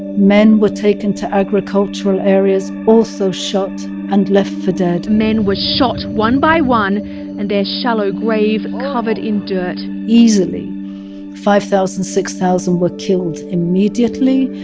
men were taken to agricultural areas, also shot and left for dead men were shot one by one and their shallow grave covered in dirt easily five thousand, six thousand were killed immediately.